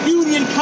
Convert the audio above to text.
union